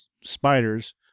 spiders